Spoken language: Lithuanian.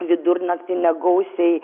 vidurnaktį negausiai